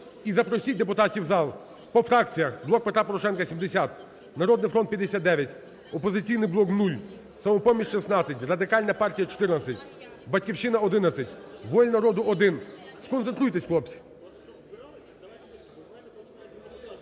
і запросіть депутатів в зал. По фракціях. "Блок Петра Порошенка" – 70, "Народний фронт" – 59, "Опозиційний блок" – 0, "Самопоміч" – 16, Радикальна партія – 14, "Батьківщина" – 11, "Воля народу" – 1. Сконцентруйтесь, хлопці.